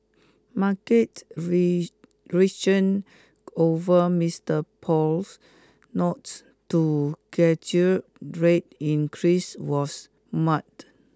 market reaction over Mister Powell's nods to rate increase was muted